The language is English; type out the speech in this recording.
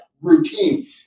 routine